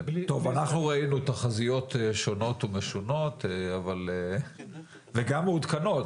אנחנו ראינו תחזיות שונות ומשונות וגם מעודכנות,